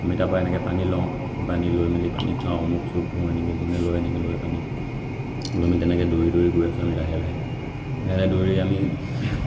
আমি তাপা এনেকৈ পানী লওঁ পানী লৈ মেলি পানী খাওঁ মুখ চুখ ধুওঁ এনেকৈ যোনে লয় এনেকৈ লৈ পানী লৈ মেলি তেনেকৈ দৌৰি দৌৰি গৈ আছোঁ আমি লাহে লাহে লাহে লাহে দৌৰি আমি